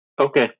Okay